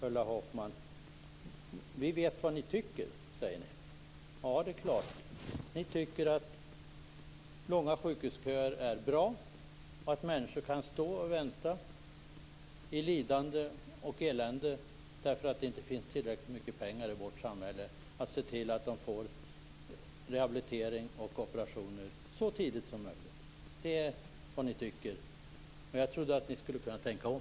Ulla Hoffman säger att vi vet vad ni tycker. Ja, det är klart. Ni tycker att långa sjukhusköer är bra och att människor kan stå och vänta i lidande och elände därför att det inte finns tillräckligt mycket pengar i vårt samhälle för att se till att de får rehabilitering och operationer så tidigt som möjligt. Det är vad ni tycker. Jag trodde att ni skulle kunna tänka om.